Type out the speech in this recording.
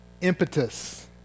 Impetus